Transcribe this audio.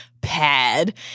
pad